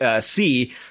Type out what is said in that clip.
see